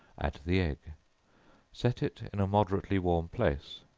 add the egg set it in a moderately warm place.